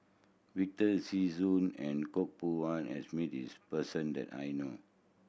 Victor Sassoon and Koh Poh Koon has met this person that I know